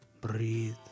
breathe